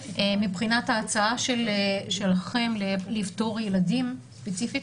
מבחינת ההצעה שלכם לפטור ילדים ספציפית,